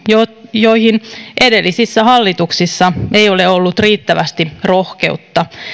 joihin edellisissä hallituksissa ei ole ollut riittävästi rohkeutta